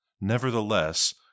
Nevertheless